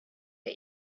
der